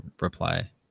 reply